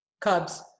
Cubs